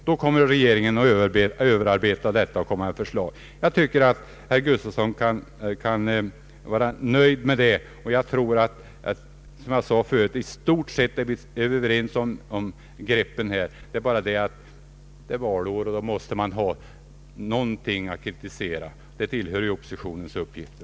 Då sker regeringens överarbetning och det slutliga förslaget görs upp. Herr Gustafsson borde kunna vara nöjd med detta. Jag tror som jag tidigare sade att vi i stort sett är överens om greppen. Det är bara så att det är valår och då måste man ha något att kritisera. Det ingår ju också i oppositionens uppgifter.